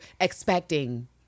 expecting